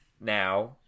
now